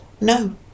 no